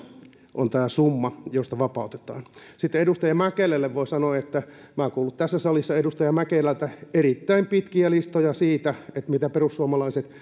josta vapautetaan sitten edustaja mäkelälle voi sanoa että minä olen kuullut tässä salissa edustaja mäkelältä erittäin pitkiä listoja siitä mitä perussuomalaiset